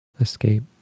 escape